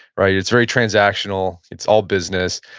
right? it's very transactional. it's all business.